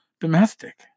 domestic